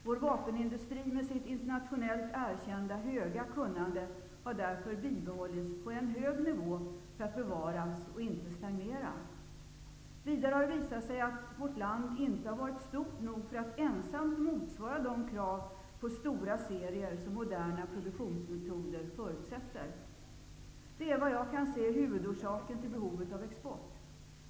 Vår vapenindustri med sitt internationellt erkända höga kunnande har därför bibehållits på en hög nivå för att bevaras och inte stagnera. Vidare har det visat sig att vårt land inte har varit stort nog för att ensamt motsvara de krav på stora serier som moderna produktionsmetoder förutsätter. Detta är vad jag kan se huvudorsaken till behovet av export.